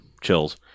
chills